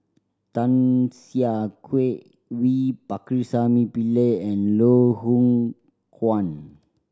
Tan Siah Kwee V Pakirisamy Pillai and Loh Hoong Kwan